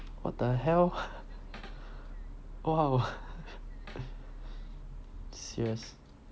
what the hell !wah! serious